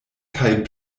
kaj